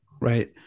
Right